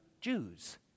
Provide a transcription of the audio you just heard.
Jews